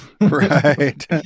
Right